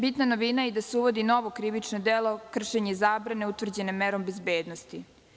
Bitna novina je i da se uvodi novo krivično delo, kršenje zabrane utvrđene merom bezbednosti.